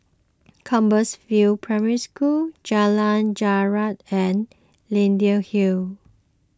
Compassvale Primary School Jalan Jarak and Leyden Hill